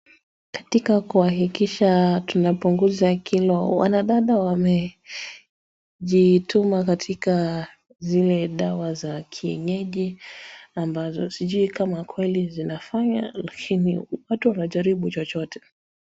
Katika kuakikisha tuna punguza kilo wanadada wamejituma katika zile dawa za kienyeji ambazo sijui kweli kama zinafanya lakini watu wanajaribu chochote.